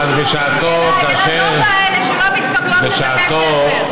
אלא הילדות האלה שלא מתקבלות לבית ספר.